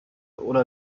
oder